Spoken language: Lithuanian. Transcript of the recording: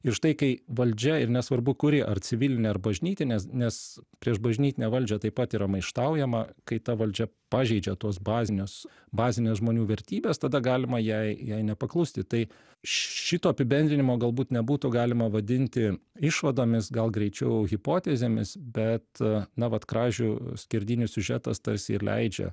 ir štai kai valdžia ir nesvarbu kuri ar civilinė ar bažnytinės nes prieš bažnytinę valdžią taip pat yra maištaujama kai ta valdžia pažeidžia tuos bazinius bazines žmonių vertybes tada galima jai jai nepaklusti tai šito apibendrinimo galbūt nebūtų galima vadinti išvadomis gal greičiau hipotezėmis bet na vat kražių skerdynių siužetas tarsi ir leidžia